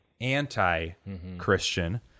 anti-Christian